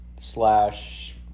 slash